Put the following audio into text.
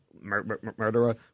murderer